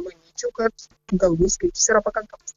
manyčiau kad galutinis skaičius yra pakankamas